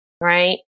right